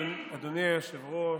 אדוני היושב-ראש,